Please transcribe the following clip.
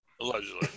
Allegedly